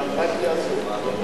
באמבטיה הזאת,